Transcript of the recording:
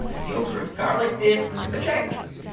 yogurt garlic dip check.